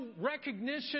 recognition